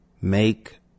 Make